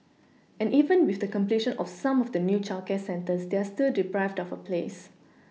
and even with the completion of some of the new childcare centres they are still deprived of a place